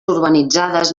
urbanitzades